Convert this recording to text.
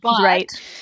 right